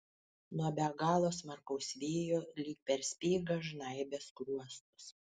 nuo be galo smarkaus vėjo lyg per speigą žnaibė skruostus